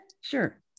Sure